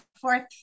fourth